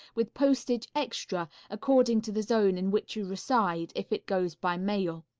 with postage extra, according to the zone in which you reside, if it goes by mail.